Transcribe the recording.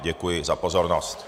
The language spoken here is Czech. Děkuji za pozornost.